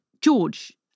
George